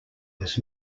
was